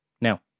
Now